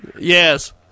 yes